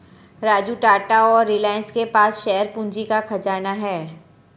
राजू टाटा और रिलायंस के पास शेयर पूंजी का खजाना है